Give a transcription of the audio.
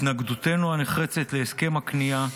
התנגדותנו הנחרצת להסכם הכניעה